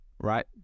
right